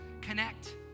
connect